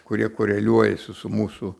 kurie koreliuojasi su mūsų